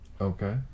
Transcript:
Okay